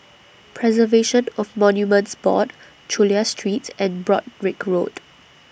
Preservation of Monuments Board Chulia Street and Broadrick Road